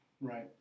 Right